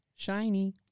Shiny